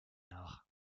nach